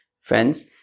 Friends